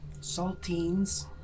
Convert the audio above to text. Saltines